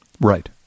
Right